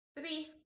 three